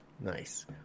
Nice